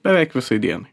beveik visai dienai